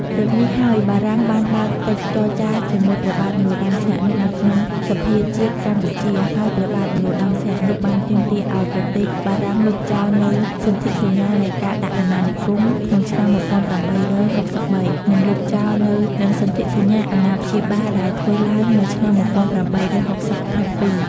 ដូចនេះហើយបារាំងបានបើកកិច្ចចរចារជាមួយព្រះបាទនរោត្តមសីហនុនៅក្នុងសភាជាតិកម្ពុជា ហើយព្រះបាទនរោត្តសីហនុ បានទាមទារឱ្យប្រទេសបារាំងលុបចោលនូវសន្ធិសញ្ញានៃការដាក់អណានិគម ក្នុងឆ្នាំ ១៨៦៣ និង លុបចោលនូវ សន្ធិសញ្ញាអណាព្យាបាលដែលធ្វើឡើងនៅឆ្នាំ ១៨៦៧។